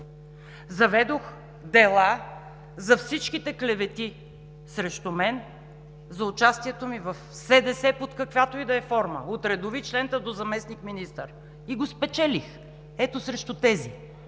Заведох дела за всичките клевети срещу мен – за участието ми в СДС под каквато и да е форма – от редови член, та до заместник-министър, и ги спечелих ето срещу тези,